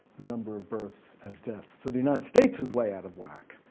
the number of births as deaths, so the united states is way out of whack,